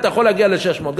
אתה יכול להגיע ל-600,000,